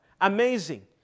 Amazing